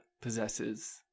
possesses